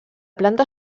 planta